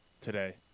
today